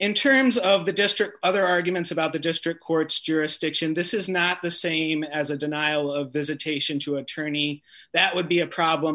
in terms of the district other arguments about the district court's jurisdiction this is not the same as a denial of visitation to an attorney that would be a problem